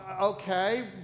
okay